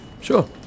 Sure